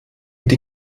die